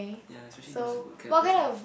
ya especially those who cannot close their arm